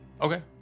Okay